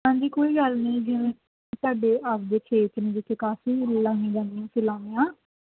ਹਾਂਜੀ ਕੋਈ ਗੱਲ ਨਹੀਂ ਜਿਵੇਂ ਸਾਡੇ ਆਪਦੇ ਖੇਤ ਨੇ ਜਿੱਥੇ ਕਾਫੀ ਲਾਈਆਂ ਜਾਂਦੀਆਂ ਅਸੀਂ ਲਾਉਂਦੇ ਹਾਂ